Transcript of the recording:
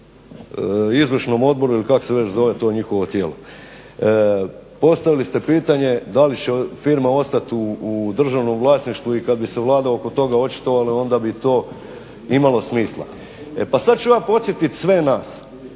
pa sad ću ja podsjetit sve nas,